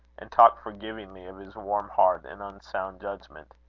and talk forgivingly of his warm heart and unsound judgment.